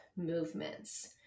movements